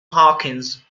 hawkins